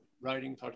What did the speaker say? writing